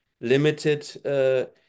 limited